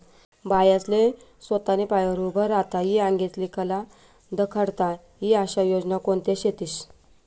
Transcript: बायास्ले सोताना पायावर उभं राहता ई आंगेनी कला दखाडता ई आशा योजना कोणत्या शेतीस?